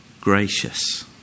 gracious